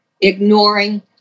ignoring